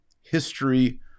history